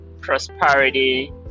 prosperity